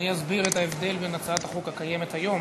אדוני יסביר את ההבדל בין החוק הקיים היום